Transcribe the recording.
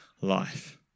life